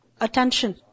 attention